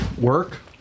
Work